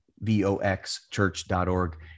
voxchurch.org